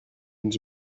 ens